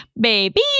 Baby